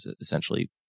essentially